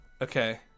Okay